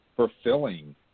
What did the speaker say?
fulfilling